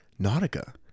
Nautica